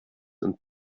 und